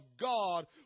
God